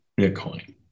Bitcoin